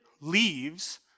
leaves